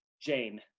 Jane